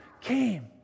came